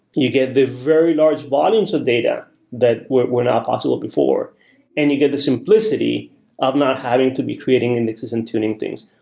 you get the very large volumes of data that were were not possible before and you get the simplicity of not having to be creating indexes and tuning things.